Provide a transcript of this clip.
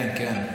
כן, כן.